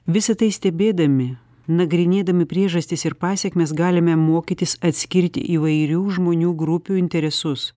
visa tai stebėdami nagrinėdami priežastis ir pasekmes galime mokytis atskirti įvairių žmonių grupių interesus